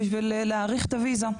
בשביל להאריך את הוויזה.